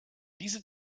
diese